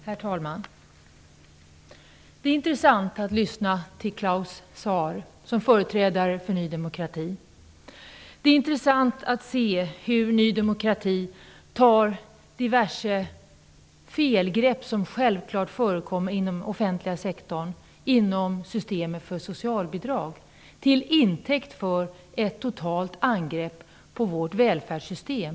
Herr talman! Det är intressant att lyssna till Claus Zaar som företrädare för Ny demokrati. Det är intressant att se hur Ny demokrati tar diverse felgrepp, som självfallet förekommer inom den offentliga sektorn inom systemet för socialbidrag, till intäkt för ett totalt angrepp på vårt välfärdssystem.